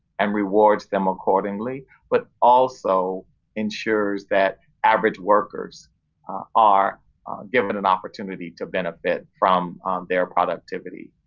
and rewards them accordingly, but also ensures that average workers are given an opportunity to benefit from their productivity.